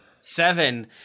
Seven